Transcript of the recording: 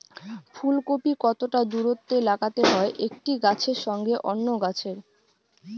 ফুলকপি কতটা দূরত্বে লাগাতে হয় একটি গাছের সঙ্গে অন্য গাছের?